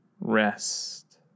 rest